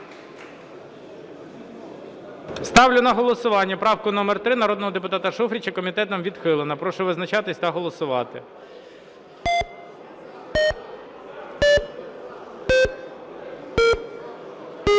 Ставлю на голосування правку номер 3 народного депутата Шуфрича. Комітетом відхилена. Прошу визначатись та голосувати. 10:39:52